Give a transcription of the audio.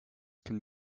can